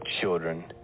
children